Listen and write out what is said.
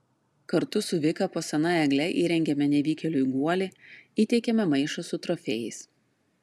kartu su vika po sena egle įrengiame nevykėliui guolį įteikiame maišą su trofėjais